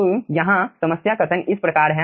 तो यहाँ समस्या कथन इस प्रकार है